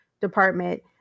department